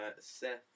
Seth